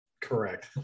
Correct